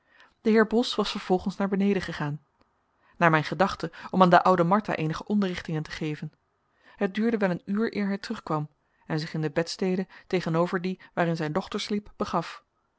de heer bos was vervolgens naar beneden gegaan naar mijn gedachten om aan de oude martha eenige onderrichtingen te geven het duurde wel een uur eer hij terugkwam en zich in de bedstede tegenover die waarin zijn dochter sliep begaf